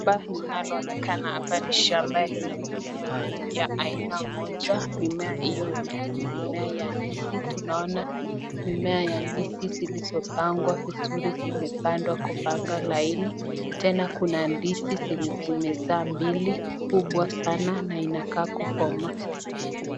Shamba linaloonekana hapa ni shamba lenye mimea ya aina moja, mimea hiyo ni mimea ya ndizi, tunaona mimea ya ndizi zilizopangwa vizuri zimepandwa kupanga laini, tena kuna ndizi zenye zimezaa mbili, kubwa sana na inakaa kukomaa.